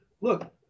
look